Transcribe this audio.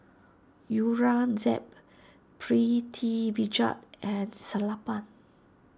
Aurangzeb Pritiviraj at Sellapan